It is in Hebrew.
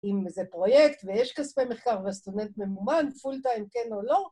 ‫עם איזה פרויקט, ויש כספי מחקר ‫והסטודנט ממומן, פול-טיים, כן או לא.